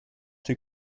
too